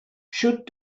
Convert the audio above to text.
should